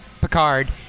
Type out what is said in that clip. Picard